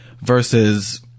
versus